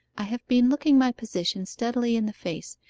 i have been looking my position steadily in the face,